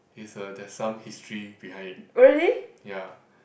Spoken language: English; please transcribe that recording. is a there's some history behind it ya